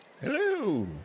Hello